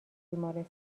بیمارستان